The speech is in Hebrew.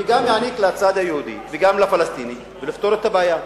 שיעניק גם לצד היהודי וגם לפלסטיני ולפתור את הבעיה.